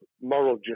moral